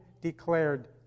declared